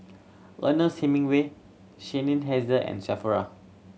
Ernest Hemingway Seinheiser and Sephora